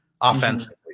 offensively